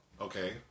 okay